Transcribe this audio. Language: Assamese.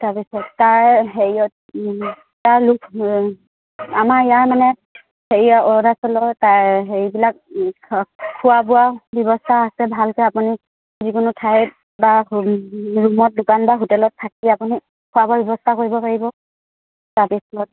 তাৰপিছত তাৰ হেৰিয়ত তাৰ লোক আমাৰ ইয়াৰ মানে হেৰিয়ৰ অৰুণাচলৰ তাৰ হেৰিবিলাক খোৱা বোৱা ব্যৱস্থা আছে ভালকে আপুনি যিকোনো ঠাইত বা ৰূম ৰূমত দোকান বা হোটেলত থাকি আপুনি খোৱা বোৱাৰ ব্যৱস্থা কৰিব পাৰিব তাৰপিছত